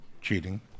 cheating